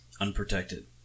unprotected